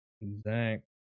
exact